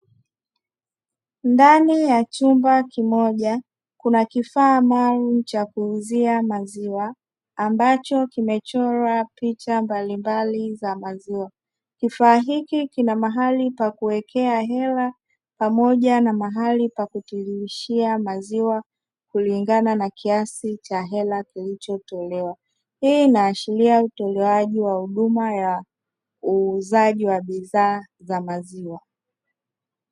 Ndani ya chumba kimoja kuna kifaa maalumu cha kuuzia maziwa ambacho kimechorwa picha mbalimbali za maziwa, kifaa hiki kina mahali pakuwekea hela pamoja na mahali pakutiririshia maziwa kulingana na kiasi cha hela kilichotolewa, hii inaashiria utolewaji wa huduma ya uuzaji wa bidhaa za maziwa.